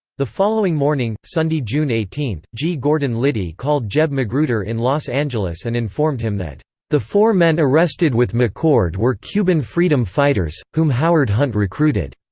the following morning, sunday, june eighteenth, g. gordon liddy called jeb magruder in los angeles and informed him that the four men arrested with mccord were cuban freedom fighters, whom howard hunt recruited.